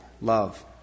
Love